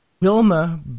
Wilma